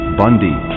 bundy